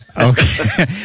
Okay